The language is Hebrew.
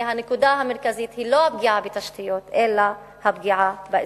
והנקודה המרכזית היא לא הפגיעה בתשתיות אלא הפגיעה באזרחים.